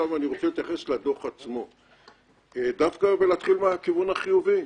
אני רוצה להתייחס לדוח עצמו ולהתחיל דווקא מהכיוון החיובי.